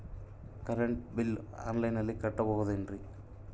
Current bill ಆನ್ಲೈನಿನಲ್ಲಿ ಕಟ್ಟಬಹುದು ಏನ್ರಿ?